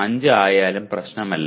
05 ആയാലും പ്രശ്നമല്ല